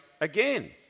again